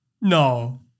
No